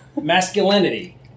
masculinity